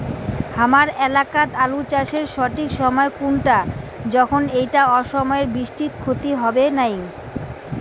হামার এলাকাত আলু চাষের সঠিক সময় কুনটা যখন এইটা অসময়ের বৃষ্টিত ক্ষতি হবে নাই?